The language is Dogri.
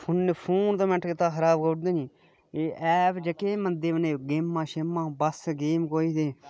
फोन ते मैंट कीते दा खराब करी ओड़दे नीं एह् ऐप जेह्के मंदे न गेमा शेमा बस गेम कोई